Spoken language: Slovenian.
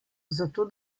zato